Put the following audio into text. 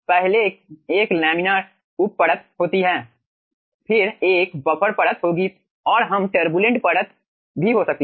पहले एक लामिना उप परत होती है फिर एक बफर परत होंगी और हम टरबुलेंट परत भी हो सकती हैं